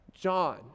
John